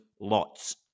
lots